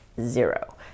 Zero